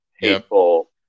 hateful